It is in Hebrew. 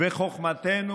חוכמתנו,